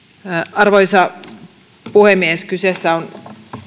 arvoisa puhemies kyse on